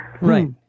Right